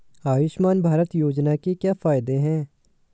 आयुष्मान भारत योजना के क्या फायदे हैं?